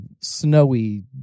snowy